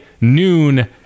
noon